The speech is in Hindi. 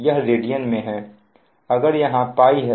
यह रेडियन में है अगर यहां Π है